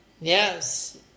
Yes